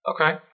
Okay